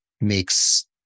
makes